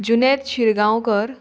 जुने शिरगांवकर